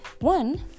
One